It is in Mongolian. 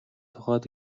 тухайд